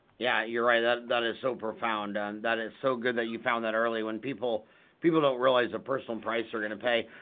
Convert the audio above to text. yeah you're right ah that is so profound and that is so good that you found that early when people people don't realize a personal price they're gonna pay.